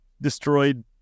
destroyed